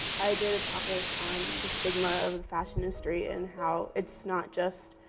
i did a topic on the stigma of the fashion industry and how it's not just,